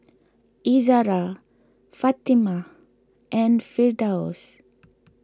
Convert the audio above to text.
Izzara Fatimah and Firdaus